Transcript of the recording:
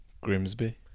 Grimsby